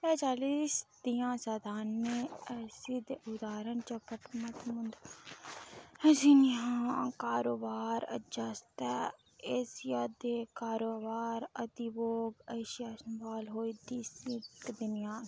इस चाल्ली दियां स्थितियां स्थानी एजैंसी दे उदाहरणें च परमट मुआइना एजेंसियां कारोबार अजाजत एशिया दे कारोबार अधिभोग एजेंसियां सकदियां न